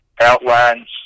outlines